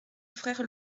frères